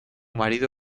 marido